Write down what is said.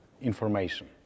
information